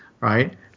Right